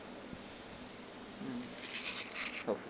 mm hopefully